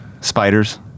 spiders